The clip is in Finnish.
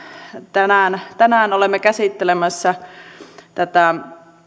tänään tänään olemme käsittelemässä tätä